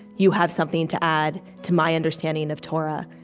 you have something to add to my understanding of torah,